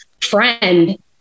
friend